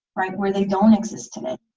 right? where they don't exist today,